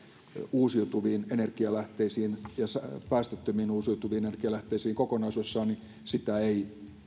uusiutuviin energialähteisiin ja päästöttömiin uusiutuviin energialähteisiin kokonaisuudessaan ei